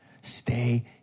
Stay